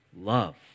love